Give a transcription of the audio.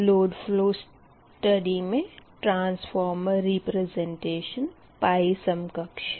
load flow study मे transformer representation pi समकक्ष है